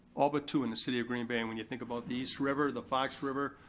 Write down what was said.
all but two in the city of green bay, and when you think about these, river, the fox river,